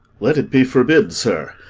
let it be forbid, sir!